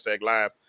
live